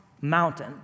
mountain